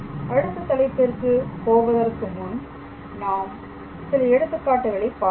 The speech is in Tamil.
அடுத்த தலைப்பிற்கு போவதற்கு முன் நாம் சில எடுத்துக்காட்டுகளை பார்ப்போம்